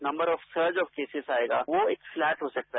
number of surge of cases वो एक flat हो सकता है